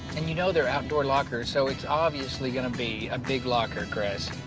and you know they're outdoor lockers. so it's obviously gonna be a big locker, chris.